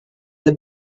the